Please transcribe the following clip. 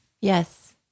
Yes